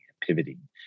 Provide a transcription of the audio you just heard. pivoting